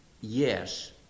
yes